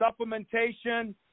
supplementation